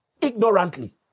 ignorantly